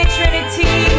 Trinity